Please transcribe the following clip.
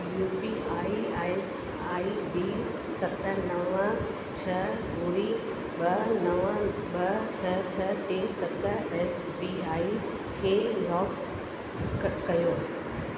U P I I C I D सत नव छ ॿुड़ी ॿ नव ॿ छ छ टे सत एस बी आई खे लॉक क कयो